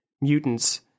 mutants